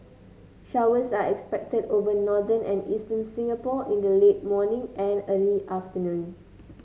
showers are expected over northern and eastern Singapore in the late morning and early afternoon